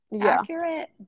accurate